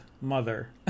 Mother